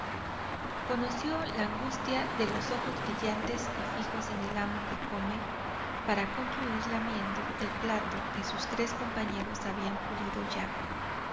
conoció la angustia de los ojos brillantes y fijos en el amo que come para concluir lamiendo el plato que sus tres compañeros habían pulido ya